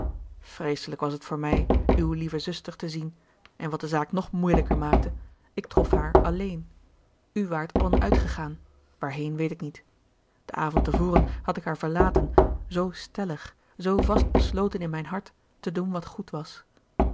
vreeselijk was het voor mij uwe lieve zuster te zien en wat de zaak nog moeilijker maakte ik trof haar alleen u waart allen uitgegaan waarheen weet ik niet den avond te voren had ik haar verlaten zoo stellig zoo vast besloten in mijn hart te doen wat goed was